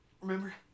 Remember